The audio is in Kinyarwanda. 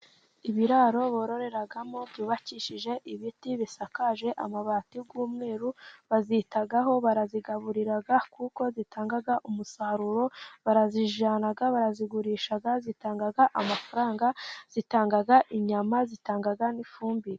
Ibiraro bororeramo, byubakishije ibiti, bisakaje amabati y'umweru, bazitaho, barazigaburira kuko zitanga umusaruro, barazijyana, barazigurisha, zitanga amafaranga, zitanga inyama, zitanga n'ifumbire.